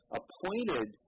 appointed